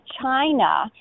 China